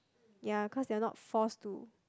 ya cause they are not forced to